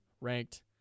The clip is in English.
ranked